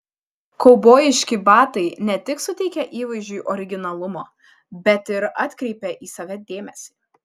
kaubojiški batai ne tik suteikia įvaizdžiui originalumo bet ir atkreipia į save dėmesį